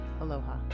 Aloha